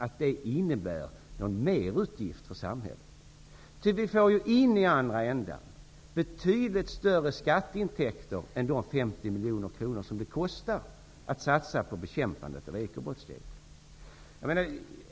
I andra ändan får vi nämligen in betydligt större skatteintäkter än de 50 miljoner kronor som det kostar att satsa på bekämpandet ev ekobrottsligheten.